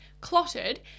clotted